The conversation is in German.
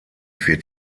wird